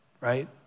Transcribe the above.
Right